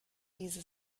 diese